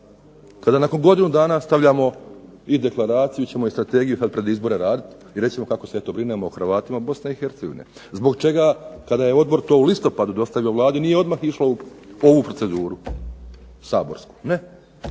kada nakon godinu dana stavljamo i deklaraciju ćemo i strategiju sad pred izbore raditi, i reći ćemo kako se eto brinemo o Hrvatima Bosne i Hercegovine. Zbog čega, kada je odbor to u listopadu dostavio Vladi, nije odmah išlo u ovu proceduru, saborsku?